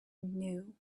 knew